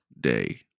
day